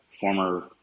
former